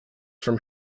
from